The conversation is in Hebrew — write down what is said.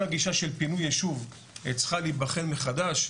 כל הגישה שלפינוי הישוב צריכה להבחן מחדש.